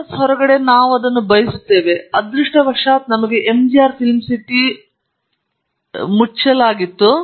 campus ಹೊರಗಡೆ ಅದನ್ನು ನಾನು ಬಯಸುತ್ತೇನೆ ಮತ್ತು ಅದೃಷ್ಟವಶಾತ್ ನಮಗೆ MGR ಫಿಲ್ಮ್ ಸಿಟಿ ಮುಚ್ಚಲಾಯಿತು